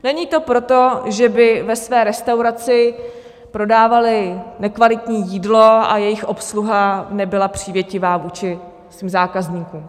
Není to proto, že by ve své restauraci prodávali nekvalitní jídlo a jejich obsluha nebyla přívětivá vůči svým zákazníkům.